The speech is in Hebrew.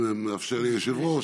אם מאפשר לי היושב-ראש,